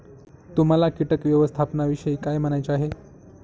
तुम्हाला किटक व्यवस्थापनाविषयी काय म्हणायचे आहे?